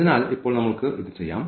അതിനാൽ ഇപ്പോൾ നമുക്ക് ഇത് ചെയ്യാം